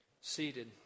seated